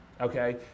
Okay